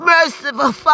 Merciful